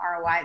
ROI